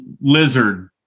lizard